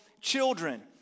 children